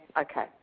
okay